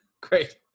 Great